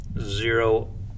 zero